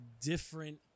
different